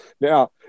Now